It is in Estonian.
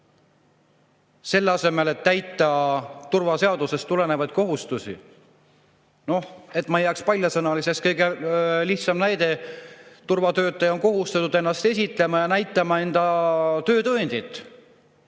selle asemel et täita turvaseadusest tulenevaid kohustusi. Noh, et ma ei jääks paljasõnaliseks, toon kõige lihtsama näite: turvatöötaja on kohustatud ennast esitlema ja näitama enda töötõendit.